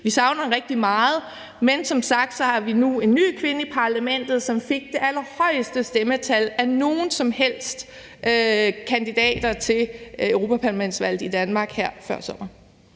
Vi savner hende rigtig meget, men som sagt har vi nu en ny kvinde i Parlamentet, som fik det allerhøjeste stemmetal af nogen som helst kandidater til europaparlamentsvalget i Danmark her før sommeren.